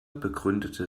begründete